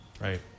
right